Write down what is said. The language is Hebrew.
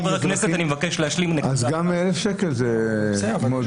אז גם 1,000 שקל זה...